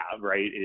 right